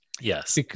yes